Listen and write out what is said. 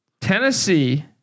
Tennessee